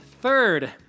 third